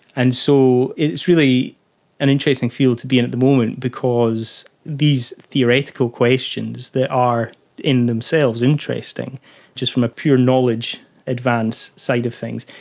and so it's really an interesting field to be in at the moment because these theoretical questions that are in themselves interesting just from a pure knowledge advance side of things,